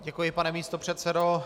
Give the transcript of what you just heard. Děkuji, pane místopředsedo.